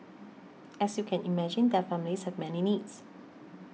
as you can imagine their families have many needs